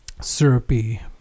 syrupy